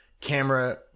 camera